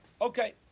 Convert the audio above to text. Okay